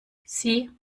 sie